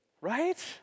Right